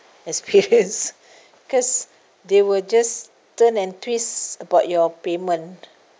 experience because they will just turn and twist about your payment